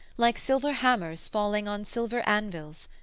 like silver hammers falling on silver anvils,